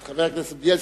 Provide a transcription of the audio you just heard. את חבר הכנסת בילסקי,